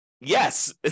yes